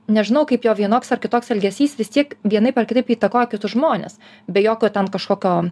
nežinau kaip jo vienoks ar kitoks elgesys vis tiek vienaip ar kitaip įtakoja kitus žmones be jokio ten kažkokio